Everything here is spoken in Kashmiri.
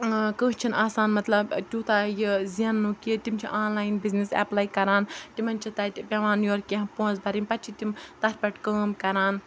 کٲنٛسہِ چھِنہٕ آسان مطلب تیوٗتاہ یہِ زیننُک یہِ تِم چھِ آنلاین بِزنِس اٮ۪پلاے کَران تِمَن چھِ تَتہِ پٮ۪وان یورٕ کینٛہہ پونٛسہٕ بَرٕنۍ پَتہٕ چھِ تِم تَتھ پٮ۪ٹھ کٲم کَران